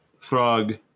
Throg